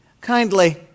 kindly